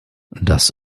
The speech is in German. das